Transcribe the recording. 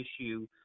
issue